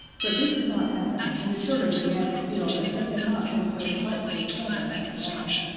but this did not happen, and the children began to feel that they had not been so frightfully clever after all.